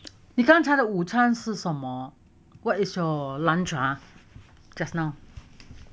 你刚才的午餐吃怎么 what is your lunch ah just now